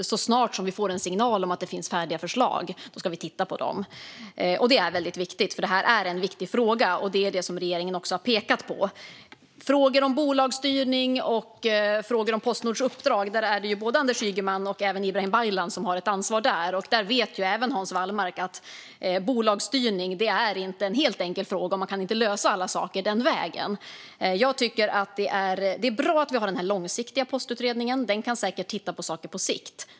Så snart vi får en signal om att det finns färdiga förslag ska vi titta på dem. Det är väldigt viktigt, för det här är en viktig fråga, och det har regeringen pekat på. Vad gäller frågor om bolagsstyrning och om Postnords uppdrag har både Anders Ygeman och Ibrahim Baylan ansvar. Hans Wallmark vet att bolagsstyrning inte är en helt enkel fråga. Man kan inte lösa alla saker den vägen. Jag tycker att det är bra att vi har den här långsiktiga postutredningen. Den kan säkert titta på saker på sikt.